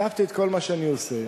כתבתי את כל מה שאני עושה.